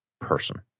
person